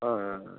ஆ ஆ ஆ